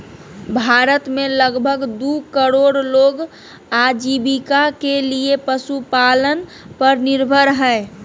भारत में लगभग दू करोड़ लोग आजीविका के लिये पशुपालन पर निर्भर हइ